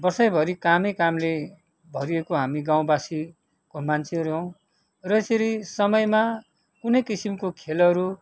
वर्षैभरी कामै कामले भरिएको हामी गाउँवासीको मान्छेहरू हौँ र यसरी समयमा कुनै किसिमको खेलहरू